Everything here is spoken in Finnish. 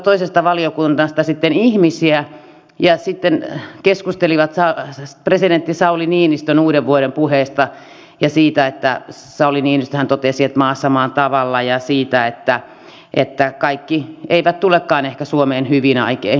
he odottivat toisesta valiokunnasta ihmisiä ja keskustelivat presidentti sauli niinistön uudenvuoden puheesta ja siitä että sauli niinistöhän totesi että maassa maan tavalla ja että kaikki eivät ehkä tulekaan suomeen hyvin aikein